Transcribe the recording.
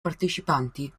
partecipanti